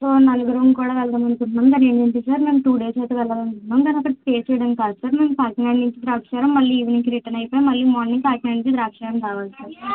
so నలుగురం కూడా వెళదాం అనుకుంటున్నాం మరి మేము టూ డేస్ అయితే వెళదాం అనుకుంటున్నాం స్టే చేయడం కాదు సార్ మేము కాకినాడ నుంచి ద్రాక్షారామం మళ్ళీ ఈవెనింగ్కి రిటర్న్ అయితే మళ్ళీ మార్నింగ్ ఫైవ్కి కాకినాడ నుంచి ద్రాక్షారం రావాలి సార్